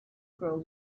grow